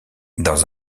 dans